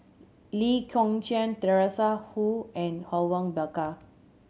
Lee Kong Chian Teresa Hsu and Awang Bakar